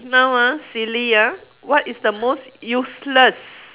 now ah silly ah what is the most useless